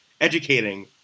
educating